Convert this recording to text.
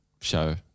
show